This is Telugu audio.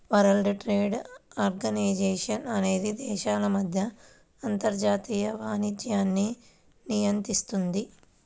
వరల్డ్ ట్రేడ్ ఆర్గనైజేషన్ అనేది దేశాల మధ్య అంతర్జాతీయ వాణిజ్యాన్ని నియంత్రిస్తుంది